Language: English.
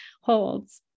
holds